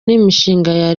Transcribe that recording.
n’imishinga